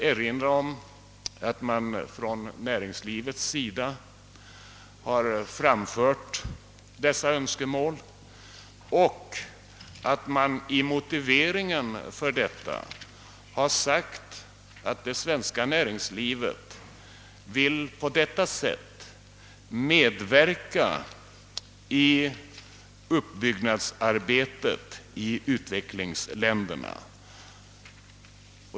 svenska näringslivet har i motiveringen för sina önskemål sagt att det på detta sätt vill medverka i uppbyggnadsarbetet i utvecklingsländerna.